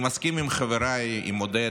אני מסכים עם חבריי חברי הכנסת עודד